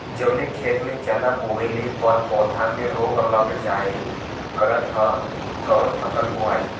जवने खेत में चना बोअले पर पौधा में रोग लग जाईल करत ह त कवन फसल बोआई?